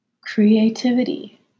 creativity